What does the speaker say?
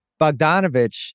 Bogdanovich